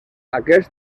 aquest